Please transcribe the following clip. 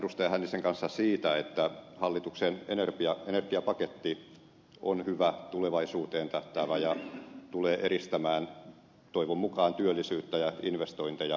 hännisen kanssa siitä että hallituksen energiapaketti on hyvä tulevaisuuteen tähtäävä ja tulee edistämään toivon mukaan työllisyyttä ja investointeja suomessa